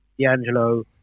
D'Angelo